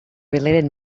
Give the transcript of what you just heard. related